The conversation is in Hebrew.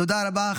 תודה רבה.